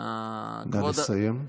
נא לסיים.